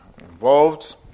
involved